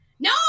No